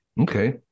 Okay